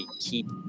keep